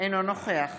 אינו נוכח